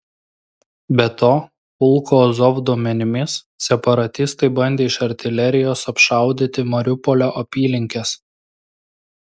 be to pulko azov duomenimis separatistai bandė iš artilerijos apšaudyti mariupolio apylinkes